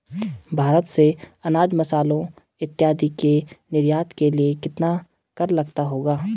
भारत से अनाज, मसालों इत्यादि के निर्यात के लिए कितना कर लगता होगा?